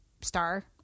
star